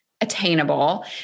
attainable